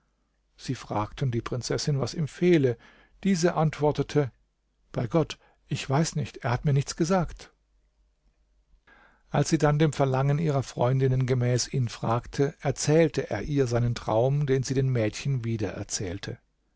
sie fragten die prinzessin was ihm fehle diese antwortete bei gott ich weiß nicht er hat mir nichts gesagt als sie dann dem verlangen ihrer freundinnen gemäß ihn fragte erzählte er ihr seinen traum den sie den mädchen wieder